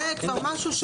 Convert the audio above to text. זה כבר משהו,